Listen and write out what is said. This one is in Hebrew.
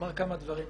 קודם כל,